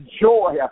joy